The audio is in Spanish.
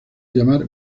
llamar